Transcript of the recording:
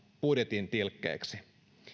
budjetin tilkkeeksi